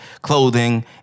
clothing